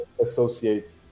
associate